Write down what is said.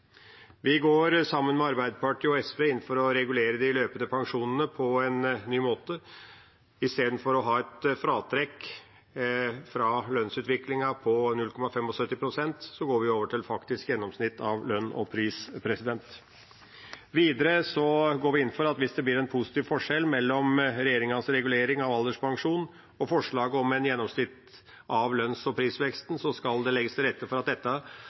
Vi går sammen med Arbeiderpartiet og SV inn for å regulere de løpende pensjonene på en ny måte. I stedet for å ha et fratrekk fra lønnsutviklingen på 0,75 pst. går vi over til faktisk gjennomsnitt av lønn og pris. Videre går vi inn for at hvis det blir en positiv forskjell mellom regjeringas regulering av alderspensjon og forslaget om et gjennomsnitt av lønns- og prisveksten, skal det legges til rette for at dette